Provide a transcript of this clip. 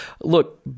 look